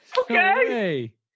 Okay